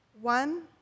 One